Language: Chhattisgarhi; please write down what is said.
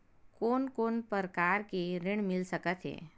कोन कोन प्रकार के ऋण मिल सकथे?